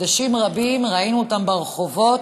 חודשים רבים ראינו אותם ברחובות,